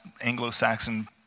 Anglo-Saxon